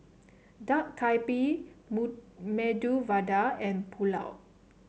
Dak Galbi Medu Vada and Pulao